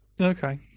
Okay